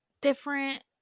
different